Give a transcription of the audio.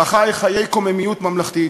בה חי חיי קוממיות ממלכתית,